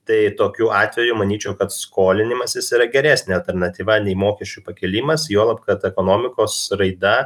tai tokiu atveju manyčiau kad skolinimasis yra geresnė alternatyva nei mokesčių pakėlimas juolab kad ekonomikos raida